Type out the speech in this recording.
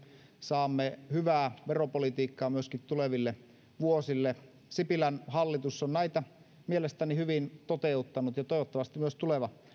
saamme hyvää veropolitiikkaa myöskin tuleville vuosille sipilän hallitus on näitä mielestäni hyvin toteuttanut ja toivottavasti myös tuleva